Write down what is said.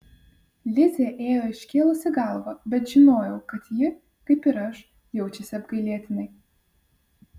lizė ėjo iškėlusi galvą bet žinojau kad ji kaip ir aš jaučiasi apgailėtinai